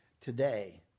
today